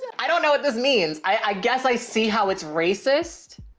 and i don't know what this means. i guess i see how it's racist.